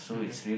mmhmm